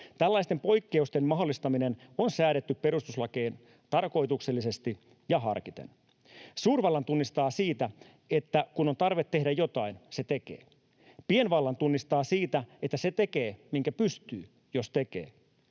Tällaisten poikkeusten mahdollistaminen on säädetty perustuslakiin tarkoituksellisesti ja harkiten. Suurvallan tunnistaa siitä, että kun on tarve tehdä jotain, se tekee. Pienvallan tunnistaa siitä, että se tekee, minkä pystyy, jos tekee.